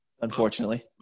Unfortunately